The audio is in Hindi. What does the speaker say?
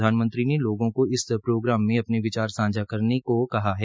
प्रधानमंत्री ने लोगों को इस प्रोग्राम में अपने विचार सांझा करने का निमंत्रण दिया है